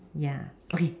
ya okay